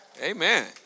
Amen